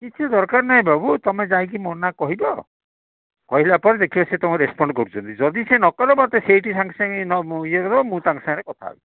କିଛି ଦରକାର ନାହିଁ ବାବୁ ତୁମେ ଯାଇକି ମୋ ନାଁ କହିବ କହିଲା ପରେ ଦେଖିବ ସେ ରେସ୍ପଣ୍ଡ କରୁଛନ୍ତି ଯଦି ସିଏ ନ କଲେ ମୋତେ ସେଇଠି ସାଙ୍ଗେ ସାଙ୍ଗେ ଇଏ କରିବ ମୁଁ ତାଙ୍କ ସାଙ୍ଗେରେ କଥା ହେବି